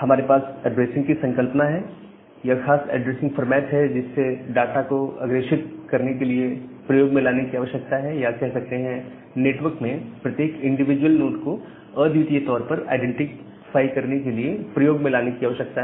हमारे पास ऐड्रेसिंग की संकल्पना है एक खास ऐड्रेसिंग फॉर्मैट है जिसे डाटा को अग्रेषित करने के लिए प्रयोग में लाने की आवश्यकता है या कह सकते हैं नेटवर्क में प्रत्येक इंडिविजुअल नोड को अद्वितीय तौर पर आईडेंटिफाई करने के लिए प्रयोग में लाने की आवश्यकता है